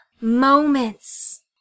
moments